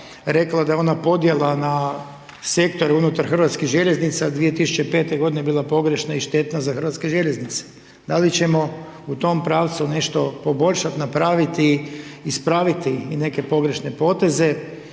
rekla da je ona podijelila na sektor unutar Hrvatskih željeznica 2005. bila pogrešna i štetna za Hrvatske željeznice. Da li ćemo u tom pravcu nešto poboljšati, napraviti, ispraviti i neke pogrešne poteze